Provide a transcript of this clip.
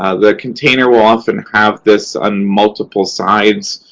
ah the container will often have this on multiple sides.